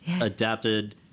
adapted